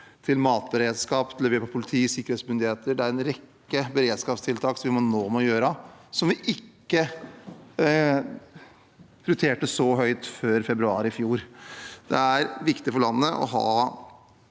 til matberedskap til det vi gjør på politi og sikkerhetsmyndigheter – det er en rekke beredskapstiltak som vi nå må gjøre som vi ikke prioriterte så høyt før februar i fjor. Det er viktig for landet å ha